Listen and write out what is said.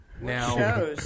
Now